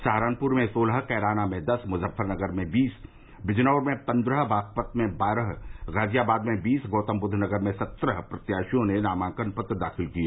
सहारनपुर में सोलह कैराना में दस मुजफ्फरनगर में बीस बिजनौर में पन्द्रह बागपत में बारह गाजियाबाद में बीस गौतम बुद्वनगर में सत्रह प्रत्याशियों ने नामांकन पत्र दाखिल किए